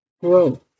grow